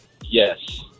Yes